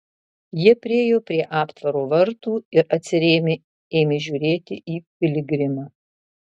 jie priėjo prie aptvaro vartų ir atsirėmę ėmė žiūrėti į piligrimą